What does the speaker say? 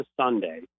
Sunday